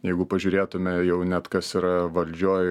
jeigu pažiūrėtume jau net kas yra valdžioj